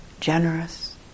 generous